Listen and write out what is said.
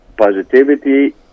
Positivity